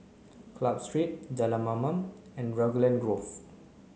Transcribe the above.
Club Street Jalan Mamam and Raglan Grove